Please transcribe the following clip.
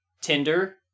Tinder